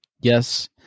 Yes